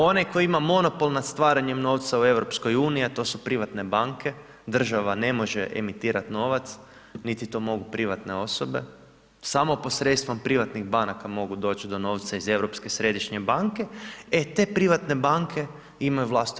Onaj koji ima monopol nad stvaranjem novca u EU a to su privatne banke, država ne može emitirati novac niti to mogu privatne osobe, samo posredstvom privatnih banaka mogu doći do novca iz Europske središnje banke, e te privatne banke imaju vlast u EU.